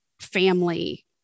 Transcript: family